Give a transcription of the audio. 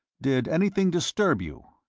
did anything disturb you?